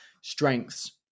strengths